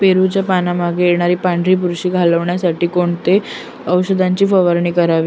पेरूच्या पानांमागे येणारी पांढरी बुरशी घालवण्यासाठी कोणत्या औषधाची फवारणी करावी?